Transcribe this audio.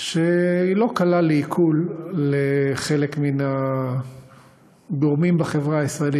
שהיא לא קלה לעיכול לחלק מן הגורמים בחברה הישראלית.